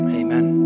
amen